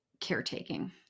caretaking